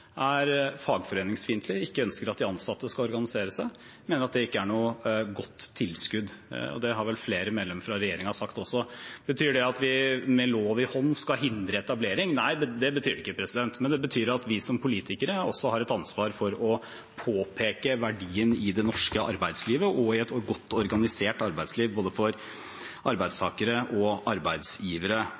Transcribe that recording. er fagforeningsfiendtlige, ikke ønsker at de ansatte skal organisere seg. Jeg mener at det ikke er noe godt tilskudd. Det har vel flere medlemmer fra regjeringen sagt også. Betyr det at vi med lov i hånd skal hindre etablering? Nei, det betyr det ikke, men det betyr at vi som politikere også har et ansvar for å påpeke verdien i det norske arbeidslivet og i et godt organisert arbeidsliv for både arbeidstakere og arbeidsgivere.